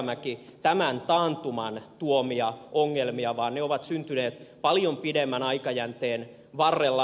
rajamäki tämän taantuman tuomia ongelmia vaan ne ovat syntyneet paljon pidemmän aikajänteen varrella